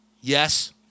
yes